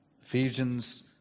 Ephesians